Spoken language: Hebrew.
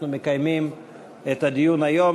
ואנחנו מקיימים את הדיון היום.